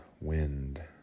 wind